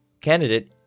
candidate